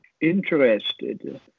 interested